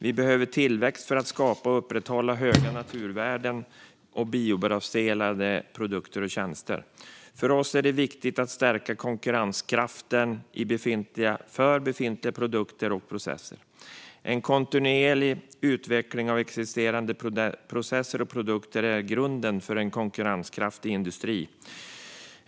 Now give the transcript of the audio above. Vi behöver tillväxt för att skapa och upprätthålla höga naturvärden och biobaserade produkter och tjänster. För oss är det viktigt att stärka konkurrenskraften för befintliga produkter och processer. En kontinuerlig utveckling av existerande processer och produkter är grunden för en konkurrenskraftig industri.